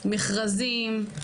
מכרזים,